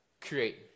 create